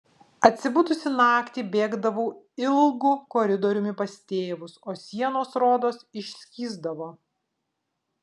atsibudusi naktį bėgdavau ilgu koridoriumi pas tėvus o sienos rodos išskysdavo